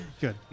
good